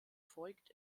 voigt